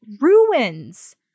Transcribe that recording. ruins